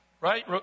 Right